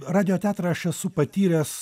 radijo teatrą aš esu patyręs